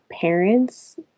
parents